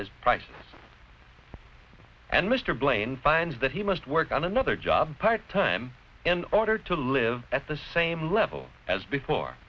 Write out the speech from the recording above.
as price and mr blaine finds that he must work on another job part time in order to live at the same level as before